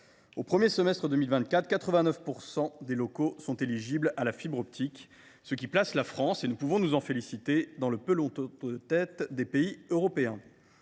Au premier semestre 2024, 89 % des locaux sont éligibles à la fibre optique, ce qui place la France, et nous pouvons nous en féliciter, dans le peloton de tête des pays européens.